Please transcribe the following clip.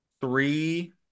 Three